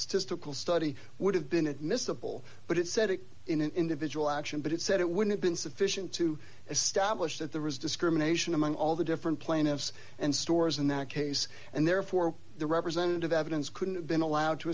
statistical study would have been admissible but it said it in an individual action but it said it wouldn't been sufficient to establish that there was discrimination among all the different plaintiffs and stores in that case and therefore the representative evidence couldn't have been allowed to